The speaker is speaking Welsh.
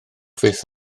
fyth